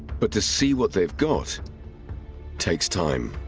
but to see what they've got takes time.